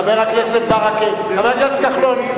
חבר הכנסת ברכה, גם אתה חתום.